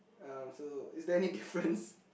um so is there any difference